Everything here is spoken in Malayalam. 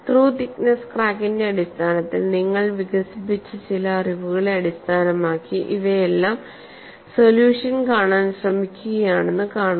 ത്രൂ തിക്നെസ്സ് ക്രാക്കിന്റെ അടിസ്ഥാനത്തിൽ നിങ്ങൾ വികസിപ്പിച്ച ചില അറിവുകളെ അടിസ്ഥാനമാക്കി ഇവയെല്ലാം സൊല്യൂഷൻ കാണാൻ ശ്രമിക്കുകയാണെന്ന് കാണുക